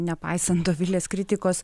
nepaisant dovilės kritikos